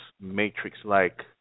matrix-like